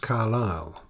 Carlyle